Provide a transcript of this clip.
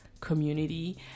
community